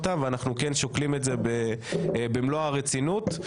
ואנחנו שוקלים את זה במלוא הרצינות.